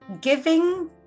giving